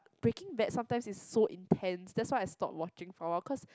Breaking Bad sometimes is so intense that's why I stop watching for a while cause